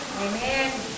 Amen